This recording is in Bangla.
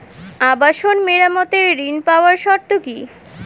আবাসন মেরামতের ঋণ পাওয়ার শর্ত কি?